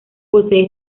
posee